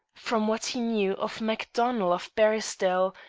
from what he knew of macdonnel of barisdel,